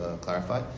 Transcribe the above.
clarify